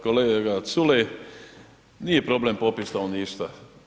Kolega Culej, nije problem popis stanovništva.